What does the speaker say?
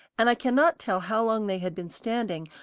and i cannot tell how long they had been standing,